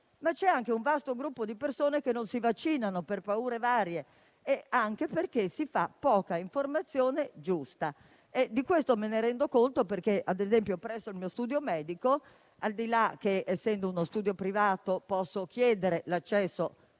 Ma c'è anche un vasto gruppo di persone che non si vaccina per paure varie e perché si fa poca informazione corretta. Di questo me ne rendo conto, perché ad esempio presso il mio studio medico (al di là del fatto che, essendo uno studio privato, posso chiedere l'accesso